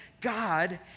God